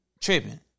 Tripping